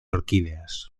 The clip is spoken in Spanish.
orquídeas